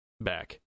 back